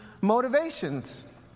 motivations